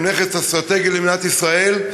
שהם נכס אסטרטגי למדינת ישראל,